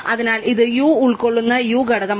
അതിനാൽ ഇത് u ഉൾക്കൊള്ളുന്ന u ഘടകമാണ്